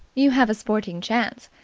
you have a sporting chance.